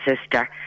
sister